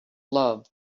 love